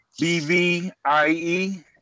BVIE